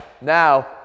Now